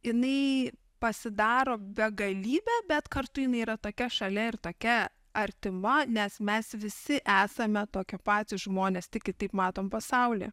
jinai pasidaro begalybė bet kartu jinai yra tokia šalia ir tokia artima nes mes visi esame tokio patys žmonės tik kitaip matom pasaulį